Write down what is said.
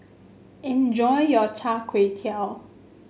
enjoy your Chai Tow Kuay